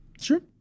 Sure